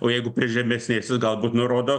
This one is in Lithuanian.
o jeigu prie žemesnės jis galbūt nurodo